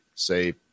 say